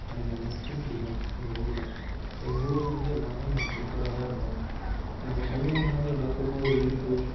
ஆகிய அனைத்தும் பிடிக்கும் எங்கூரில் எங்கூரில் வந்து எல்லாம் எனக்கு பிடிச்சதாதாருக்கும் நம்ம சொந்த ஊருனாலே எல்லாத்துக்கும் ஒரு ஈர்ப்பு